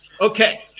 Okay